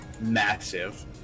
massive